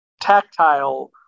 tactile